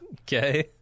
Okay